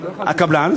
הקבלן,